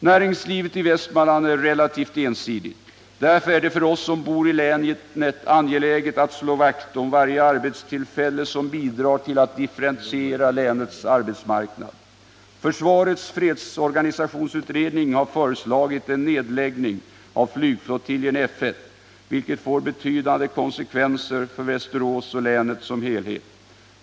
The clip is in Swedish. Näringslivet i Västmanland är relativt ensidigt. Därför är det för oss som bor i länet angeläget att slå vakt om varje arbetstillfälle som bidrar till att differentiera länets arbetsmarknad. Försvarets fredsorganisationsutredning har föreslagit en nedläggning av flygflottiljen F 1, vilket får betydande konsekvenser för Västerås kommun och länet som helhet.